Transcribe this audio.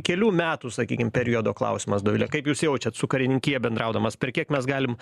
kelių metų sakykim periodo klausimas dovile kaip jūs jaučiat su karininkija bendraudamas per kiek mes galim